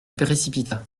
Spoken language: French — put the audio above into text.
précipita